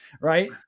right